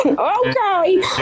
Okay